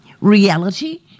reality